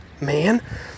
man